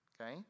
Okay